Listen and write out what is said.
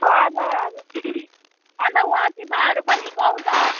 हजुर हजुर अन्त वाचिप्पाहरू पनि पाउँछ